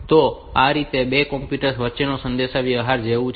તો આ રીતે તે બે કમ્પ્યુટર્સ વચ્ચેના સંદેશાવ્યવહાર જેવું છે